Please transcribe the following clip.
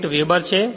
8 weber છે